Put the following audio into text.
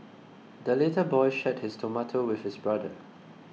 the little boy shared his tomato with his brother